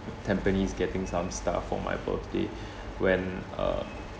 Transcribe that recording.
tampines getting some stuff for my birthday when uh